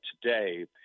today